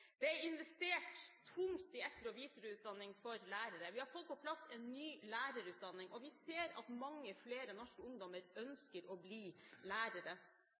Det er investert tungt i etter- og videreutdanning for lærere. Vi har fått på plass en ny lærerutdanning, og vi ser at mange flere norske ungdommer ønsker å bli